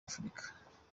afurika